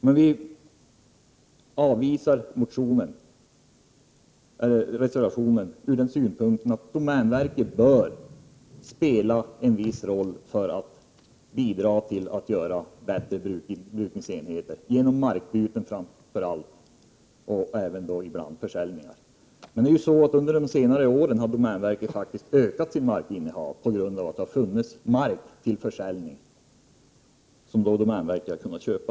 Majoriteten avstyrker reservationen med den motiveringen att domänverket bör bidra till att skapa bättre brukningsenheter genom framför allt markbyten och ibland även försäljningar. Under de senare åren har domänverket faktiskt ökat sitt markinnehav, eftersom det funnits mark till försäljning som domänverket har kunnat köpa.